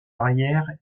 arrière